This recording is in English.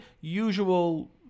usual